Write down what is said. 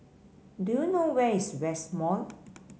do you know where is West Mall